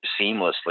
seamlessly